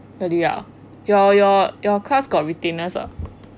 really ah your your your class got retainers ah